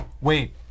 Wait